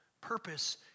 Purpose